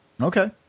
Okay